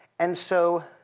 and so,